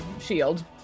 shield